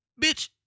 Bitch